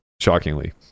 shockingly